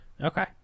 okay